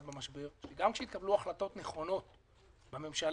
במשבר גם כשהתקבלו החלטות נכונות בממשלה,